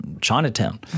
Chinatown